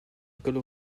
école